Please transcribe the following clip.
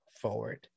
forward